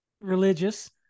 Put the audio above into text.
religious